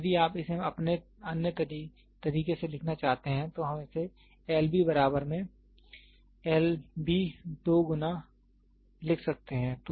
यदि आप इसे अपने अन्य तरीके से लिखना चाहते हैं तो हम इसे L B बराबर में L B 2 गुना लिख सकते हैं